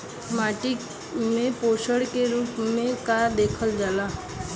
माटी में पोषण के रूप में का देवल जाला?